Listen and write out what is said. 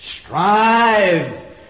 Strive